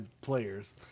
players